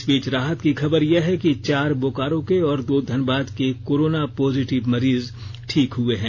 इस बीच राहत की खबर यह है कि चार बोकारो के और दो धनबाद के कोरोना पॉजिटिव मरीज ठीक हुए हैं